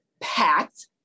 packed